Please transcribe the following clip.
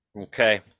okay